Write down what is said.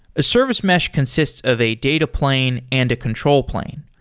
a service mesh consists of a data plane and a control plane.